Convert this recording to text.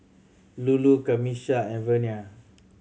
Lulu Camisha and Vernia